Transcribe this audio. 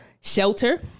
Shelter